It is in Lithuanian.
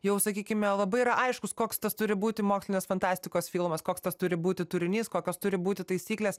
jau sakykime labai yra aiškus koks turi būti mokslinės fantastikos filmas koks tas turi būti turinys kokios turi būti taisyklės